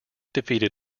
defeated